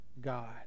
God